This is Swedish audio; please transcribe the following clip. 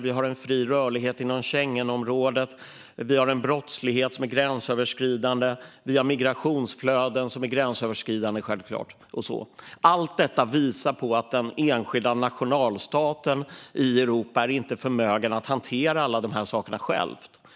Vi har fri rörlighet inom Schengenområdet. Vi har en brottslighet som är gränsöverskridande. Vi har migrationsflöden som självklart är gränsöverskridande. Allt detta visar på att den enskilda nationalstaten i Europa inte är förmögen att hantera alla de här sakerna ensam.